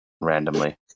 randomly